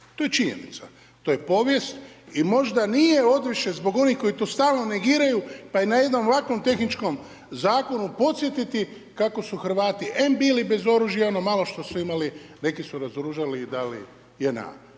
To je činjenica. To je povijest i možda nije odviše zbog onih koji to stalno negiraju pa je na jednom ovakvom tehničkom zakonu podsjetiti kako su Hrvati, em bili bez oružja ono malo što su imali neki su razoružali i dali JNA.